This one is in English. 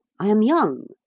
i am young,